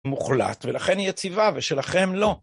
מוחלט, ולכן היא יציבה, ושלכם לא.